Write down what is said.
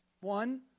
one